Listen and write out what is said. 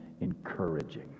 encouraging